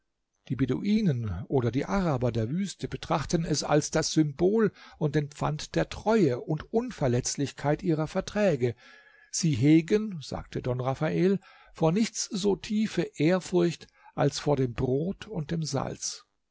die beduinen oder die araber der wüste betrachten es als das symbol und pfand der treue und unverletzlichkeit ihrer verträge sie hegen sagte don raphael vor nichts so tiefe ehrfurcht als vor dem brot und dem salz